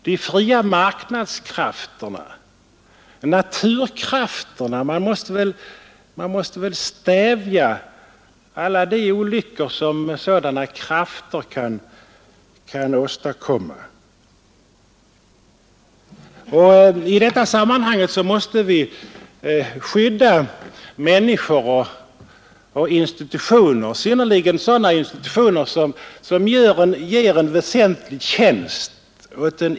De fria marknadskrafterna måste väl liksom naturkrafterna stävjas, så att man förhindrar de olyckor sådana krafter kan åstadkomma. Vi måste skydda de institutioner som gör icke obetydliga folkgrupper väsentliga tjänster.